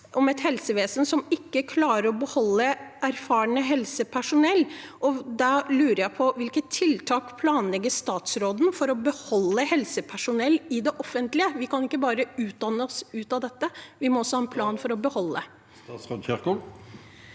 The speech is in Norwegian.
om et helsevesen som ikke klarer å beholde erfarent helsepersonell. Da lurer jeg på: Hvilke tiltak planlegger statsråden for å beholde helsepersonell i det offentlige? Vi kan ikke bare utdanne oss ut av dette; vi må også ha en plan for å beholde. Statsråd Ingvild